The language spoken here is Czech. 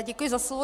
Děkuji za slovo.